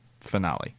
finale